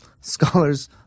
scholars